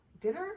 dinner